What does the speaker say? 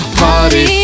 party